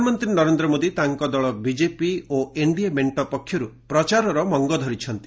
ପ୍ରଧାନମନ୍ତ୍ରୀ ନରେନ୍ଦ୍ର ମୋଦି ତାଙ୍କ ଦଳ ବିଜେପି ଓ ଏନ୍ଡିଏ ମେଣ୍ଟ ପକ୍ଷରୁ ପ୍ରଚାରର ମଙ୍ଗ ଧରିଛନ୍ତି